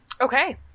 Okay